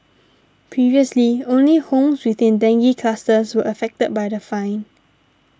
previously only homes within dengue clusters were affected by the fine